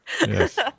Yes